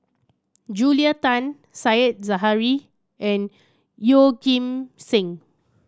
Julia Tan Said Zahari and Yeoh Ghim Seng